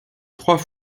trois